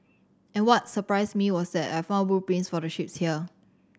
and what surprised me was that I found blueprints for the ships here